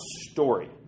story